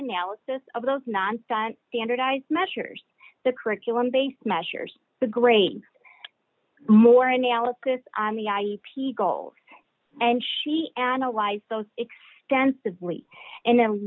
analysis of those nonsense standardized measures the curriculum based measures the great more analysis on the i p goals and she analyzed those extensively and then